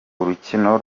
urukino